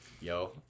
Yo